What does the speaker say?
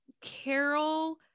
Carol